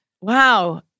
Wow